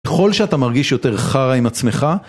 ככל שאתה מרגיש יותר חרא עם עצמך